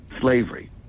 slavery